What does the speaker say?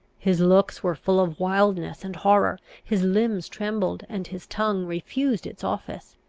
his looks were full of wildness and horror his limbs trembled and his tongue refused its office.